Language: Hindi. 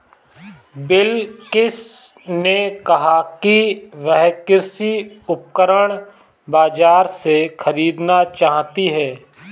बिलकिश ने कहा कि वह कृषि उपकरण बाजार से खरीदना चाहती है